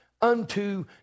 unto